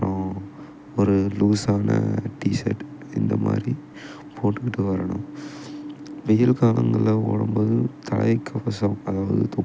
ஹம்ம் ஒரு லூசான T shirt இந்த மாதிரி போட்டுக்கிட்டு வரணும் வெயில் காலங்களில் ஓடும் போது தலை கவசம் அதாவது தொப்பி